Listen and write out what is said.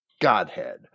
Godhead